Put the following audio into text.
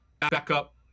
backup